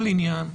כל עניין,